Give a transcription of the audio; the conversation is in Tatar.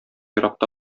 еракта